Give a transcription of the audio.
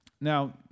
now